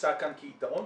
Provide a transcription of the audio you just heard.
מבוצע כאן כיתרון?